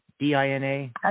D-I-N-A